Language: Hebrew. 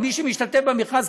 כי מי שמשתתף במכרז,